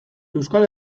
euskal